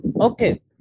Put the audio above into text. okay